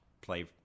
play